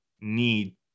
need